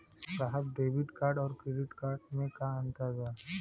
साहब debit card और credit card में का अंतर बा?